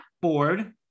board